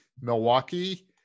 Milwaukee